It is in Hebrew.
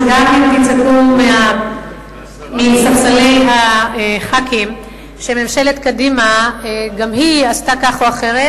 שגם אם יצעקו מספסלי חברי הכנסת שממשלת קדימה גם היא עשתה כך או אחרת,